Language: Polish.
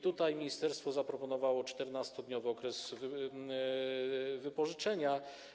Tutaj ministerstwo zaproponowało 14-dniowy okres wypożyczenia.